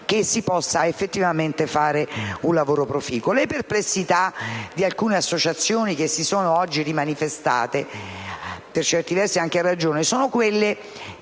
che si possa effettivamente svolgere un lavoro proficuo. Le perplessità di alcune associazioni che sono state oggi nuovamente manifestate, per certi versi anche a ragione, sono relative